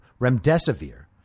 Remdesivir